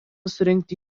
surengti